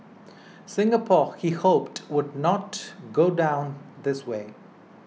Singapore he hoped would not go down this way